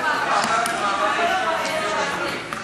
מה אתם רוצים?